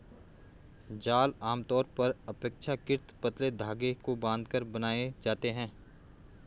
जाल आमतौर पर अपेक्षाकृत पतले धागे को बांधकर बनाए जाते हैं